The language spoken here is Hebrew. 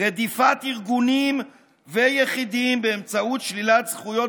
רדיפת ארגונים ויחידים באמצעות שלילת זכויות